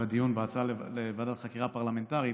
בדיון בהצעה לוועדת חקירה פרלמנטרית,